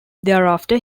thereafter